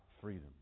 freedom